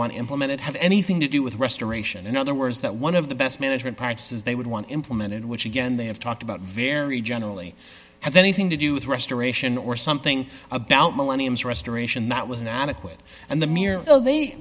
want implemented have anything to do with restoration in other words that one of the best management parts is they would want implemented which again they have talked about very generally has anything to do with restoration or something about millenniums restoration that was an adequate and the m